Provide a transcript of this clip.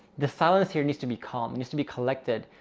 the silence here needs to be calm, needs to be collected.